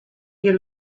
you